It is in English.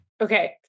Okay